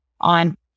on